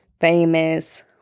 famous